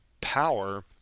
power